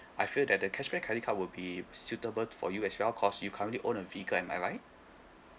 I feel that the cashback credit card will be suitable for you as well because you currently own a vehicle am I right